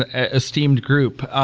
ah esteemed group.